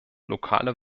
lokale